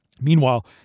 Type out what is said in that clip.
Meanwhile